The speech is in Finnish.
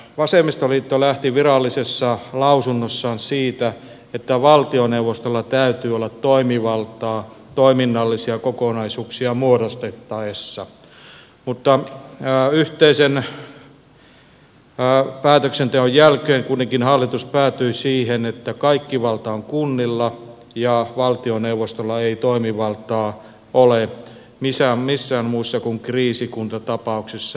vasemmistoliitto lähti virallisessa lausunnossaan siitä että valtioneuvostolla täytyy olla toimivaltaa toiminnallisia kokonaisuuksia muodostettaessa mutta yhteisen päätöksenteon jälkeen kuitenkin hallitus päätyi siihen että kaikki valta on kunnilla ja valtioneuvostolla ei toimivaltaa ole missään muissa kuin kriisikuntatapauksissa